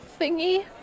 thingy